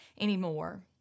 anymore